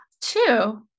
Two